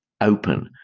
open